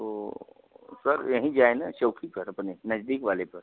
तो सर यही जाए न चौकी पर अपने नजदीक वाले पर